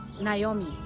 Naomi